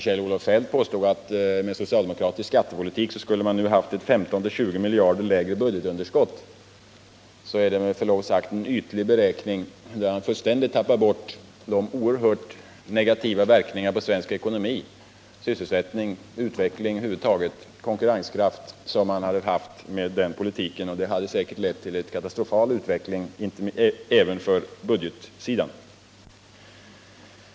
Kjell-Olof Feldt påstod att vi med en socialdemokratisk skattepolitik nu skulle ha haft ett 15-20 miljarder lägre budgetunderskott. Det är med förlov sagt en ytlig beräkning, där han fullständigt tappar bort de negativa verkningar som den politiken skulle ha haft på svensk ekonomi, sysselsättning, utveckling och konkurrenskraft. Dessa verkningar hade säkert lett till en katastrofal utveckling även på budgetsidan.